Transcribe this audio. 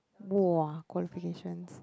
!wow! qualifications